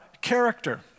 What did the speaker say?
character